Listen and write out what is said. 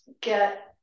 get